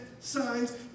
Signs